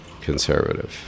conservative